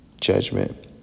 judgment